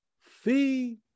Fee